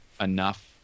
enough